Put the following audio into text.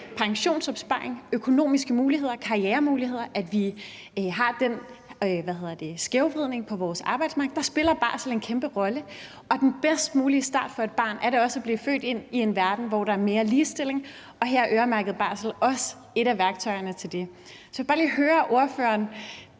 pensionsopsparing, økonomiske muligheder og karrieremuligheder, at vi har den skævvridning på vores arbejdsmarked. Der spiller barsel en kæmpe rolle. Og den bedst mulige start for et barn er da også at blive født ind i en verden, hvor der er mere ligestilling, og her er øremærket barsel også et af værktøjerne til det. Så jeg vil bare lige høre ordføreren,